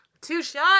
Two-shot